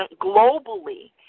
globally